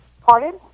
Pardon